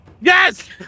Yes